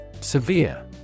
Severe